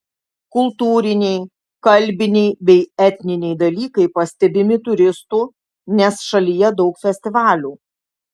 kultūriniai kalbiniai bei etniniai dalykai pastebimi turistų nes šalyje daug festivalių